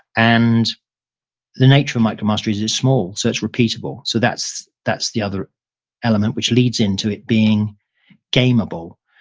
and the nature of micromastery is it's small so it's repeatable, so that's that's the other element which leads into it being gameable,